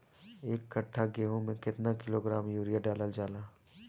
एक कट्टा गोहूँ में केतना किलोग्राम यूरिया डालल जाला?